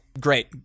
Great